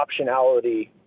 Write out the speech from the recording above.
optionality –